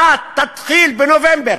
אבל להפוך את השנה שהיא תתחיל בנובמבר,